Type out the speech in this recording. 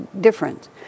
different